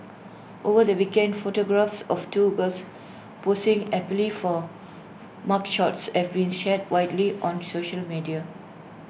over the weekend photographs of two girls posing happily for mugshots have been shared widely on social media